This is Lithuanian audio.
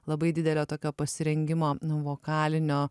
labai didelio tokio pasirengimo nu vokalinio